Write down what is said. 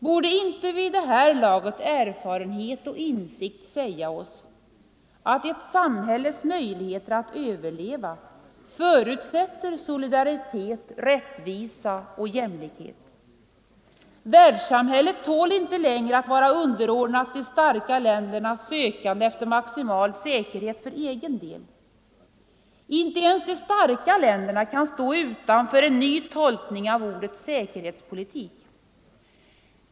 Borde inte vid det här laget erfarenhet och insikt säga oss att ett samhälles möjligheter att överleva förutsätter solidaritet, rättvisa och jämlikhet? Världssamhället tål inte längre att vara underordnat de starka ländernas sökande efter maximal säkerhet för egen del. Inte ens de starka länderna kan stå utanför en ny tolkning av ordet säkerhetspolitik.